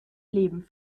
leben